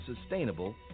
Sustainable